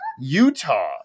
Utah